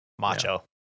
Macho